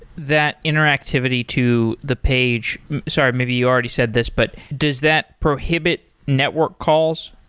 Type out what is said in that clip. that interactivity to the page sorry. maybe you already said this, but does that prohibit network calls?